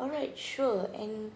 alright sure and